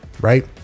right